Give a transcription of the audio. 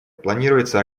планируется